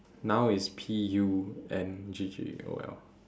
now it's P U N G G O L